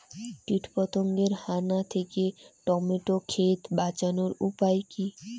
কীটপতঙ্গের হানা থেকে টমেটো ক্ষেত বাঁচানোর উপায় কি?